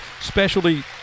Specialty